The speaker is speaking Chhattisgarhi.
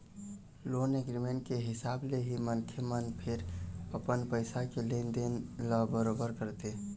लोन एग्रीमेंट के हिसाब ले ही मनखे मन फेर अपन पइसा के लेन देन ल बरोबर करथे